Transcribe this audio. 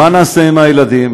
מה נעשה עם הילדים?